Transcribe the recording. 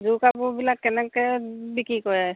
যোৰ কাপোৰবিলাক কেনেকৈ বিক্ৰী কৰে